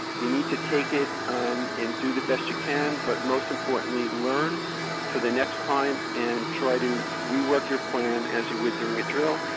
you need to take it and do the best you can, but most importantly learn for the next time and try to rework your plan as you would during a drill.